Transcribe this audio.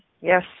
Yes